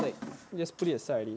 like just put it aside already